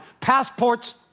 Passports